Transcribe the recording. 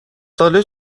ساله